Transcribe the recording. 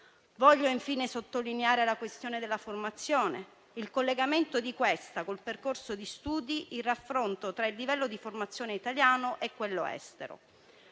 Voglio infine sottolineare la questione della formazione, il collegamento di questa col percorso di studi, il raffronto tra il livello di formazione italiano e quello estero.